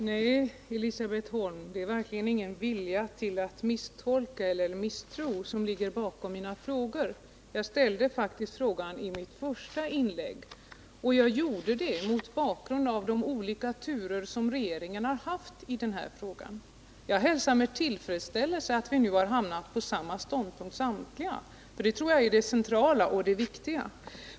Fru talman! Nej, Elisabet Holm, det är verkligen ingen vilja att misstolka eller misstro som ligger bakom mina frågor. Jag frågade faktiskt i mitt första inlägg, och det gjorde jag mot bakgrund av de olika turer regeringen haft i den här frågan. Jag hälsar med tillfredsställelse att vi nu samtliga hamnat på samma ståndpunkt, för jag tror att det är det centrala och viktiga.